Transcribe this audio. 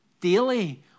daily